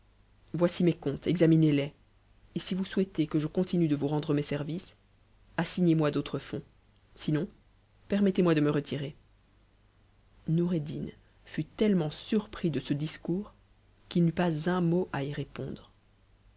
ynici mes comptes examinez es et si vous souhaitez que je continue de ous rendre mes services assignez moi d'autres fonds sinon permettezmoi de me retirer noureddiu fut tetlemeut surpris de ce discours qu'il t pas un mot à y répondre